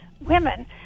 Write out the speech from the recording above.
women